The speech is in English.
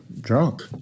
drunk